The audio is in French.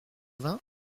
vingts